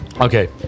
Okay